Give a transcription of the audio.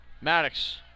Maddox